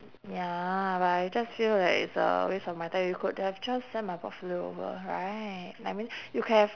ya but I just feel like it's a waste of my time you could have just send my portfolio over right I mean you could have